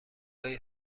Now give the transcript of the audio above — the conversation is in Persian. های